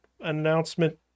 announcement